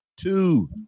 two